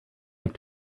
like